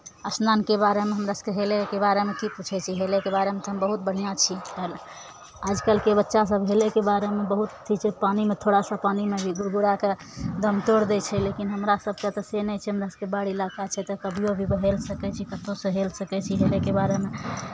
स्नानके बारेमे हमरा सभकेँ हेलयके बारेमे की पूछै छी हेलयके बारेमे तऽ हम बहुत बढ़िआँ छी आजकलके बच्चासभ हेलयके बारेमे बहुत अथी छै पानिमे थोड़ा सा पानिमे भी गुड़गुड़ा कऽ दम तोड़ि दै छै लेकिन हमरा सभकेँ तऽ से नहि छै हमरा सभके बाढ़ि इलाका छै तऽ कभिओ भी हेल सकै छी कतहुसँ हेलि सकै छी हेलयके बारेमे